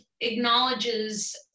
acknowledges